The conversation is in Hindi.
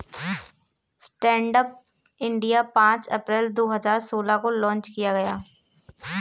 स्टैंडअप इंडिया पांच अप्रैल दो हजार सोलह को लॉन्च किया गया